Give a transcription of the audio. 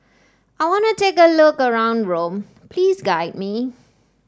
I want to have a look around Rome please guide me